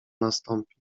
nastąpi